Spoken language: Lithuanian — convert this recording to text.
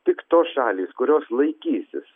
tik tos šalys kurios laikysis